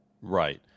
Right